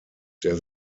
der